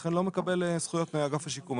ולכן לא מקבל זכויות מאגף השיקום.